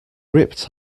ripped